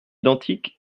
identiques